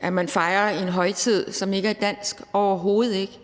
at man fejrer en højtid, som ikke er dansk – overhovedet ikke.